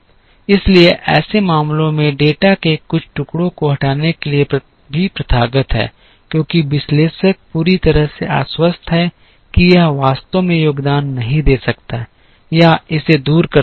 इसलिए ऐसे मामलों में डेटा के कुछ टुकड़ों को हटाने के लिए भी प्रथागत है क्योंकि विश्लेषक पूरी तरह से आश्वस्त हैं कि यह वास्तव में योगदान नहीं दे सकता है या इसे दूर कर सकता है